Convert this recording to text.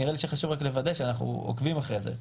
נראה לי שחשוב רק לוודא שאנחנו עוקבים אחרי זה.